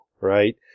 right